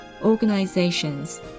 organizations